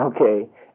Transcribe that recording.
okay